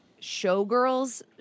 showgirls